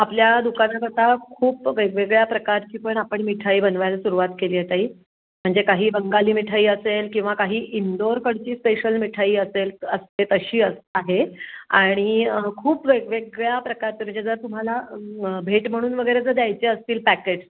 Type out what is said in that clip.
आपल्या दुकानात आता खूप वेगवेगळ्या प्रकारची पण आपण मिठाई बनवायला सुरुवात केली आहे ताई म्हणजे काही बंगाली मिठाई असेल किंवा काही इंदोरकडची स्पेशल मिठाई असेल असते तशी असं आहे आणि खूप वेगवेगळ्या प्रकारचे म्हणजे जर तुम्हाला भेट म्हणून वगैरे जर द्यायचे असतील पॅकेट